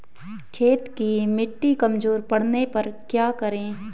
खेत की मिटी कमजोर पड़ने पर क्या करें?